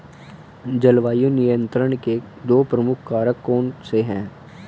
जलवायु नियंत्रण के दो प्रमुख कारक कौन से हैं?